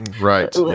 right